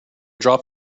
drop